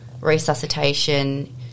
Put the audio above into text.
resuscitation